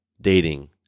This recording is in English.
dating